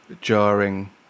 jarring